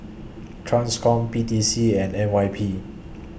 TRANSCOM P T C and N Y P